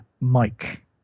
Mike